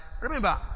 remember